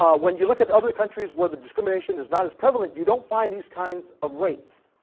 when you look at other countries where the discrimination is not as prevalent, you don't find these kinds of rates.